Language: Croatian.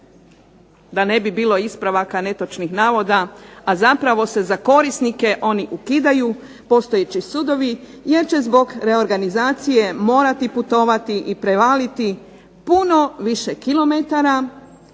da ne bi bilo ispravaka netočnih navoda, a zapravo se za korisnike oni ukidaju postojeći sudovi jer će zbog reorganizacije morati putovati i prevaliti puno više kilometara